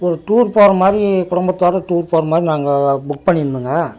ஒரு டூர் போறமாதிரி குடும்பத்தோட டூர் போகிற மாதிரி நாங்கள் புக் பண்ணியிருந்தோங்க